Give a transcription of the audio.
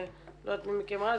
לא יודעת מי מכם ראה,